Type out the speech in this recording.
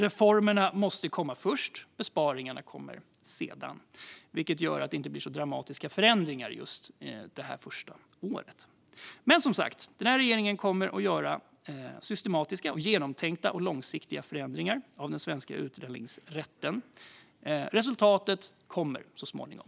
Reformerna måste komma först; besparingarna kommer sedan. Detta gör att det inte blir så dramatiska förändringar just detta första år. Men som sagt: Den här regeringen kommer att göra systematiska, genomtänkta och långsiktiga förändringar av den svenska utlänningsrätten. Resultatet kommer så småningom.